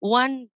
one